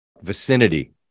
vicinity